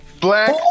Black